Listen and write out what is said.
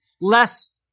less